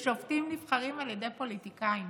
כששופטים נבחרים על ידי פוליטיקאים?